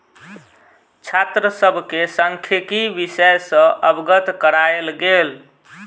छात्र सभ के सांख्यिकी विषय सॅ अवगत करायल गेल